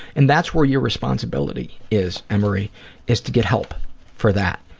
and that's where your responsibility is emory is to get help for that.